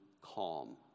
calm